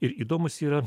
ir įdomūs yra